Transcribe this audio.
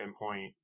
endpoint